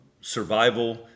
survival